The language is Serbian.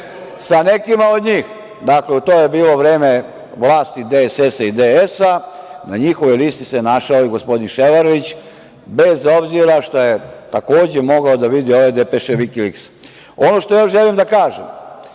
sa nekima od njih. Dakle, to je bilo vreme vlasti DSS i DS, na njihovoj listi se našao i gospodin Ševarlić, bez obzira što je, takođe mogao da vidi ove depeše „Vikiliksa“.Ono što želim da kažem